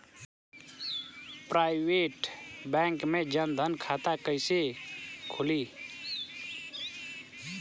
Private bank मे जन धन खाता कैसे खुली?